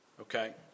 Okay